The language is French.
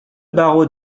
barreau